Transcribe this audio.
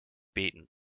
beaten